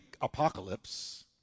Apocalypse